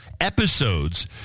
episodes